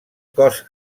cos